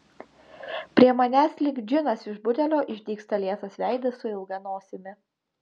prie manęs lyg džinas iš butelio išdygsta liesas veidas su ilga nosimi